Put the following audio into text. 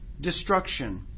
destruction